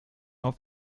auf